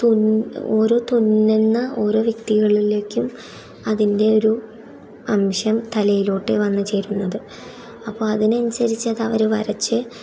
തുന്ന ഓരോ തുന്നുന്ന ഓരോ വ്യക്തികളിലേക്കും അതിൻ്റെ ഒരു അംശം തലയിലോട്ട് വന്നുചേരുന്നത് അപ്പോൾ അതിനനുസരിച്ച് അത് അവർ വരച്ച്